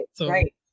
Right